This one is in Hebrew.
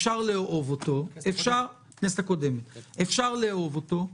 אפשר לאהוב אותו, אפשר לא לאהוב אותו,